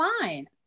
fine